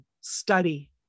study